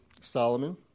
Solomon